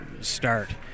start